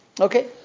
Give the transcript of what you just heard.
Okay